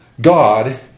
God